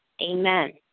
Amen